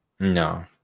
No